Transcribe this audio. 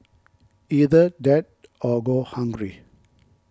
either that or go hungry